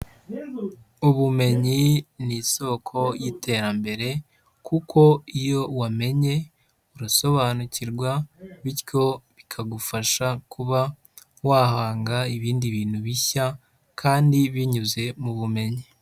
Ubumenyi ni isoko y'iterambere kuko iyo wamenye urasobanukirwa bityo bikagufasha kuba wahanga ibindi bintu bishya kandi binyuze mu bumenyi.